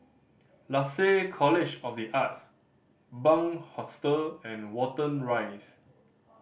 Lasalle College of The Arts Bunc Hostel and Watten Rise